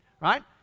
right